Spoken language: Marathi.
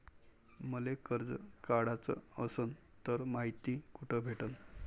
मले कर्ज काढाच असनं तर मायती कुठ भेटनं?